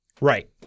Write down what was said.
Right